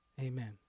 Amen